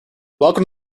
welcome